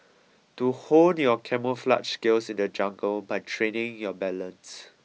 to hone your camouflaged skills in the jungle by training your balance